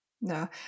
no